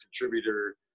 contributor